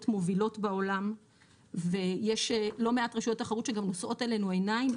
מובילות בעולם ויש לא מעט רשויות תחרות שגם נושאות אלינו עיניים,